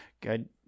good